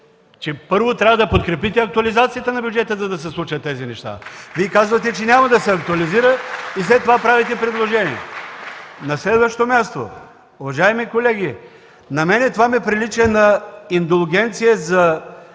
че трябва да подкрепите актуализацията на бюджета, за да се случат тези неща. (Ръкопляскания отляво.) Вие казвате, че няма да се актуализира и след това правите предложения. На следващо място, уважаеми колеги, на мен това ми прилича на индулгенция за